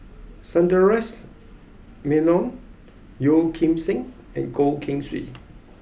Sundaresh Menon Yeo Kim Seng and Goh Keng Swee